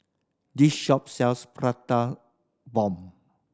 this shop sells Prata Bomb